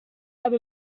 have